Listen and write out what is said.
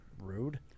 rude